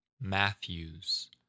Matthews